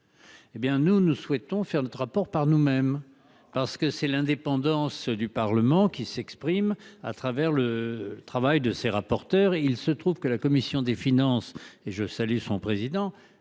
Eh bien nous, nous souhaitons faire notre rapport par nous nous-mêmes parce que c'est l'indépendance du Parlement qui s'exprime à travers le travail de ses rapporteurs. Il se trouve que la commission des finances et je salue son président